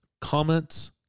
Comments